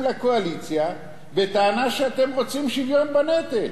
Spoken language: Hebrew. לקואליציה בטענה שאתם רוצים שוויון בנטל.